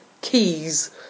keys